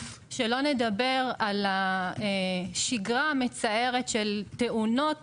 שלא לדבר על השגרה המצערת של תאונות